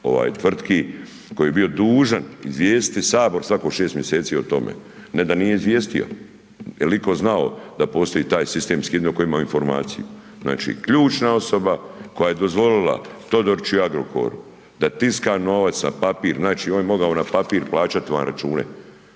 važnih tvrtki, koji je bio dužan izvijestiti HS svako 6 mjeseci o tome, ne da nije izvijestio, jel iko znao da postoji taj sistemski …/Govornik se ne razumije/…koji ima informaciju. Znači, ključna osoba koja je dozvolila Todoriću i Agrokoru da tiska novac na papir, znači, on je mogao na papir plaćati vam račune,